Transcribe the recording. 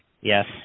Yes